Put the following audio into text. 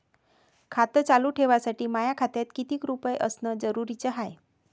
खातं चालू ठेवासाठी माया खात्यात कितीक रुपये असनं जरुरीच हाय?